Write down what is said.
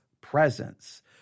presence